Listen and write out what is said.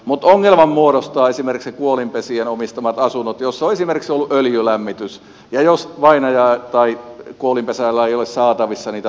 mutta ongelman muodostavat esimerkiksi kuolinpesien omistamat asunnot joissa on esimerkiksi ollut öljylämmitys ja jos vainajalla tai kuolinpesällä ei ole saatavissa niitä todisteita